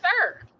sir